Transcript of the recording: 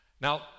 now